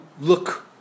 look